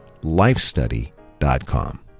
lifestudy.com